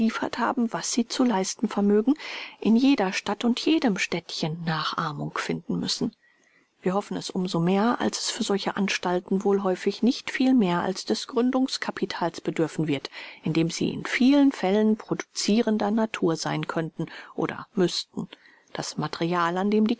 haben was sie zu leisten vermögen in jeder stadt und jedem städtchen nachahmung finden müssen wir hoffen es um so mehr als es für solche anstalten wohl häufig nicht viel mehr als des gründungskapitals bedürfen wird indem sie in vielen fällen producirender natur sein könnten oder müßten das material an dem